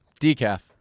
Decaf